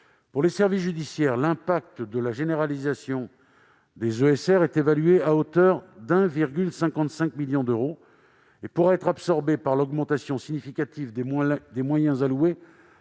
Pour les services judiciaires, l'impact de la généralisation des ESR avoisine 1,55 million d'euros et pourrait être absorbé par l'augmentation significative des moyens alloués